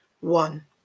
One